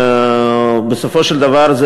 בסופו של דבר,